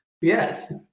Yes